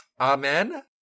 Amen